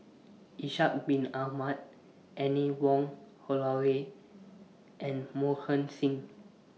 Ishak Bin Ahmad Anne Wong Holloway and Mohan Singh